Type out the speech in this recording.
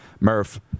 Murph